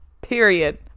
Period